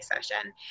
session